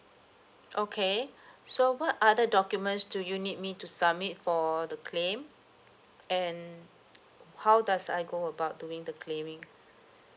okay so what other documents do you need me to submit for the claim and how does I go about doing the claiming